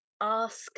ask